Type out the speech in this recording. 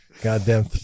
Goddamn